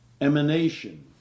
emanation